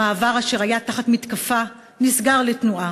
המעבר, שהיה תחת מתקפה, נסגר לתנועה.